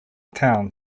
town